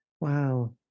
wow